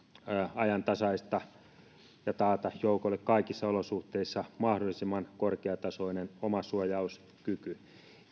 ajantasaista ja taata joukoille kaikissa olosuhteissa mahdollisimman korkeatasoinen omasuojauskyky